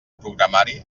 programari